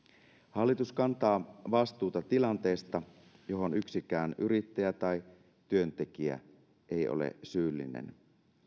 hallitus kantaa vastuuta tilanteesta johon yksikään yrittäjä tai työntekijä ei ole syyllinen